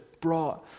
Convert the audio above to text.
brought